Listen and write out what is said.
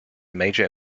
major